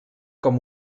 com